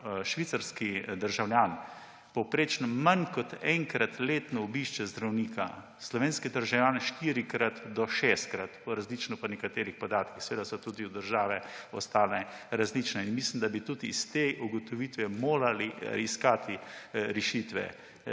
švicarski državljan povprečno manj kot enkrat letno obišče zdravnika, slovenski državljani štirikrat do šestkrat, različno po nekaterih podatkih, seveda je tudi v ostalih državah različno, in mislim, da bi tudi iz te ugotovitve morali iskati rešitve,